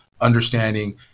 understanding